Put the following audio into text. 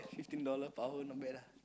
fifteen dollar per hour not bad ah